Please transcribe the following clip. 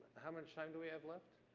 how much time do we have left?